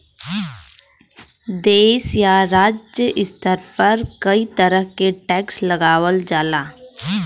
देश या राज्य स्तर पर कई तरह क टैक्स लगावल जाला